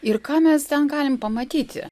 ir ką mes ten galim pamatyti